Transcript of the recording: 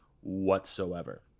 whatsoever